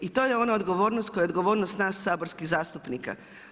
I to je ona odgovornost koja je odgovornost nas saborskih zastupnika.